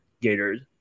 Gators